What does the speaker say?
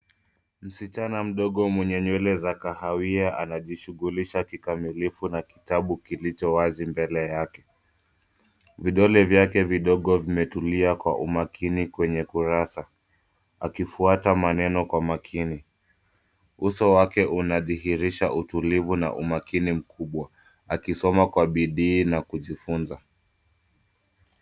Msichana mdogo mwenye nywele za kahawia anajishughulisha kikamilifu na kitabu kilicho mbele yake. Vidole vyake vidogo vimetulia kwa umakini kwenye kurasa, akifuata maneno kwa makini. Uso wake unadhihirisha utulivu na umakini mkubwa; akisoma kwa bidii na kujifunza.